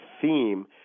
theme